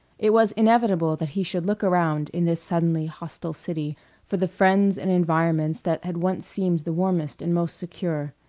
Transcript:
it was inevitable that he should look around in this suddenly hostile city for the friends and environments that had once seemed the warmest and most secure.